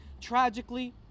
Tragically